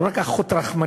לא רק אחות רחמנייה.